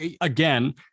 again